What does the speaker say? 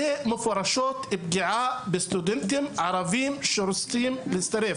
זו פגיעה מפורשת בסטודנטים ערבים שרוצים להצטרף.